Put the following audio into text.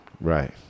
Right